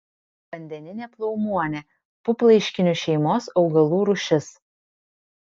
vandeninė plaumuonė puplaiškinių šeimos augalų rūšis